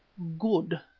good,